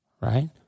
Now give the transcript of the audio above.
Right